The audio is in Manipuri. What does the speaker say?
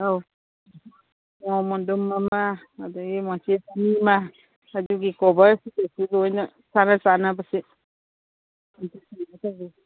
ꯑꯧ ꯃꯣꯟꯗꯨꯝ ꯑꯃ ꯑꯗꯒꯤ ꯃꯣꯟꯇꯦꯛ ꯑꯅꯤꯃ ꯑꯗꯨꯒꯤ ꯀꯣꯚꯔ ꯀꯩꯀꯥꯁꯨ ꯂꯣꯏꯅ ꯆꯥꯅ ꯆꯥꯅꯕꯁꯦ